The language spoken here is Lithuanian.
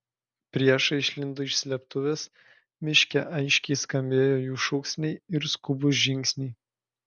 priešai išlindo iš slėptuvės miške aiškiai skambėjo jų šūksniai ir skubūs žingsniai